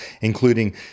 including